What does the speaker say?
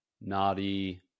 naughty